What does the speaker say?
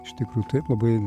iš tikrųjų taip labai